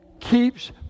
Keeps